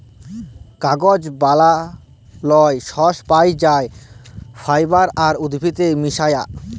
কাগজ বালালর সর্স পাই যাই ফাইবার আর উদ্ভিদের মিশায়া